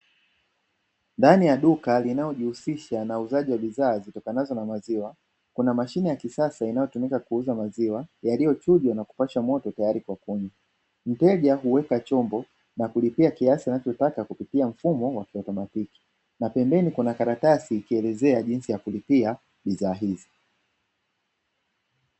Ndani ya duka linalo jihusisha na uuzaji wa bidhaa zitokanazo na maziwa, kuna mashine ya kisasa inayotumika kuuza maziwa yaliyochujwa na kupashwa moto tayari kwa kunywa, mteja huweka chombo na kulipia kiasi anachotaka kupitia mfumo wa kiautomatiki; na pembeni kuna karatasi ikielezea jinsi ya kulipia bidhaa hizi.